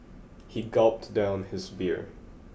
he gulped down his beer